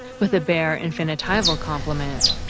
with a bare infinitival complement.